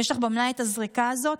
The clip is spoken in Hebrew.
יש לך במלאי את הזריקה הזאת?